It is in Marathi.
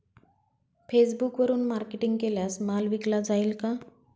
फेसबुकवरुन मार्केटिंग केल्यास माल विकला जाईल का?